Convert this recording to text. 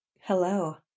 Hello